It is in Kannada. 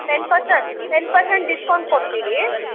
ten per ten percent discount ಕೊಡ್ತೀವಿ